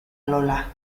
lola